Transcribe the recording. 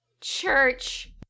church